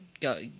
go